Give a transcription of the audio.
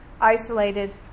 isolated